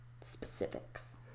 specifics